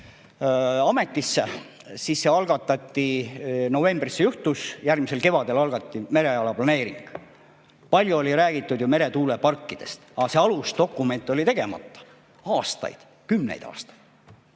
ametisse, novembris see juhtus, siis järgmisel kevadel algatati mereala planeering. Palju oli räägitud meretuuleparkidest, aga alusdokument oli tegemata aastaid, kümneid aastaid.